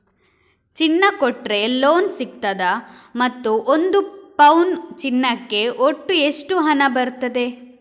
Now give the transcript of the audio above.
ಚಿನ್ನ ಕೊಟ್ರೆ ಲೋನ್ ಸಿಗ್ತದಾ ಮತ್ತು ಒಂದು ಪೌನು ಚಿನ್ನಕ್ಕೆ ಒಟ್ಟು ಎಷ್ಟು ಹಣ ಬರ್ತದೆ?